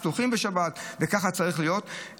פתוחים בשבת וככה צריך להיות,